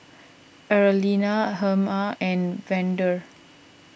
Arlena Herma and Vander